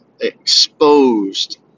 exposed